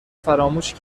فراموش